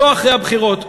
לא אחרי הבחירות.